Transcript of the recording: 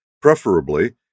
preferably